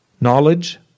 Knowledge